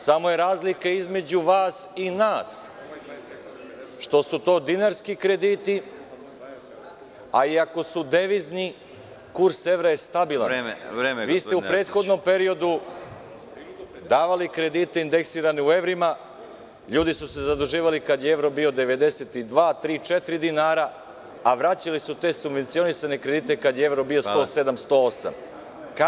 Samo je razlika između vas i nas, što su to dinarski krediti, a i ako su devizni, kurs evra je stabilan. (Predsedavajući: Vreme.) Vi ste u prethodnom periodu davali indeksirane kredite u evrima, ljudi su se zaduživali kad je evro bio 92, 93, 94 dinara, a vraćali su te subvencionisane kredite kad je evro bio 107, 108 dinara.